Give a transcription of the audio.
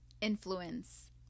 influence